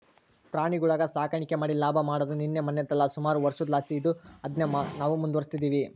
ಪ್ರಾಣಿಗುಳ ಸಾಕಾಣಿಕೆ ಮಾಡಿ ಲಾಭ ಮಾಡಾದು ನಿನ್ನೆ ಮನ್ನೆದಲ್ಲ, ಸುಮಾರು ವರ್ಷುದ್ಲಾಸಿ ಇದ್ದು ಅದುನ್ನೇ ನಾವು ಮುಂದುವರಿಸ್ತದಿವಿ